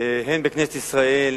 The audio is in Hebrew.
הן בכנסת ישראל,